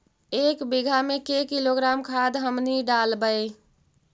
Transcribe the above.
एक बीघा मे के किलोग्राम खाद हमनि डालबाय?